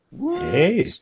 Hey